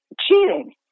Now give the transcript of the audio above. cheating